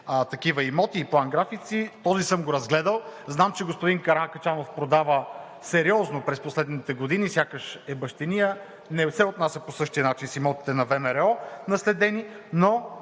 такива имоти и план-графици, този съм го разгледал. Знам, че господин Каракачанов продава сериозно през последните години, сякаш е бащиния, не се отнася по същия начин с имотите на ВМРО – наследени. Но